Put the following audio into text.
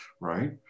right